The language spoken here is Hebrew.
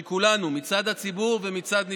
של כולנו, מצד הציבור ומצד נבחריו.